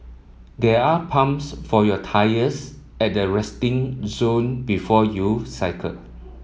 there are pumps for your tyres at the resting zone before you cycle